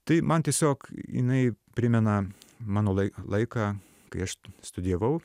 tai man tiesiog jinai primena mano laik laiką kai aš studijavau